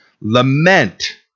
lament